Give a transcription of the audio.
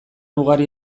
ugari